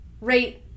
Rate